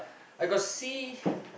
I got see